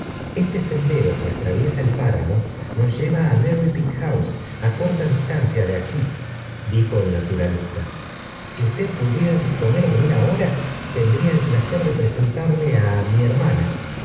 este sendero que atraviesa el páramo nos llefeva á mempit house á corta distancia de aquí áijo el naturalista si usted pudiera disponer de lluna'hora tendría el placer de presentarle ó mi fhcrmana